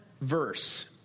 verse